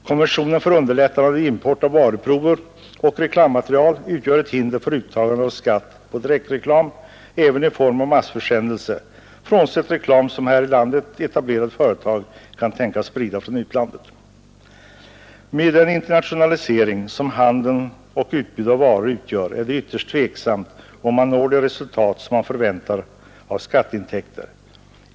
Konventionen för underlättande av import av varuprover och reklammaterial utgör ett hinder för uttagande av skatt på direktreklam, även i form av massförsändelse, frånsett reklam som här i landet etablerade företag kan tänkas sprida från utlandet. Med den internationalisering som handel och utbud av varor utgör är det ytterst tveksamt om man når det resultat som man förväntar av skatteintäkter.